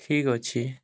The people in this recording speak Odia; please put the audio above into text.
ଠିକ୍ ଅଛି